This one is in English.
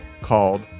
called